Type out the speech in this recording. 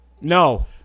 No